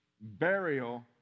burial